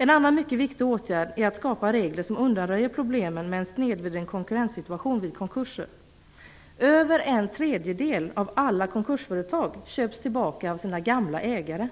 En annan mycket viktig åtgärd är att skapa regler som undanröjer problemen med en snedvriden konkurrenssituation vid konkurser. Över en tredjedel av alla konkursföretag köps tillbaka av sina gamla ägare.